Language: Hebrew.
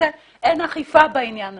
אין אכיפה בעניין הזה.